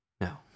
No